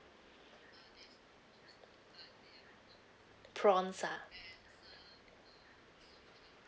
prawns ah